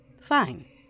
Fine